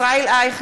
נגד ישראל אייכלר,